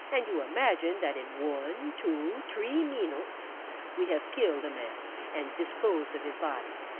and you imagine that in one, two, tree meenutes we have killed a man and disposed of his body.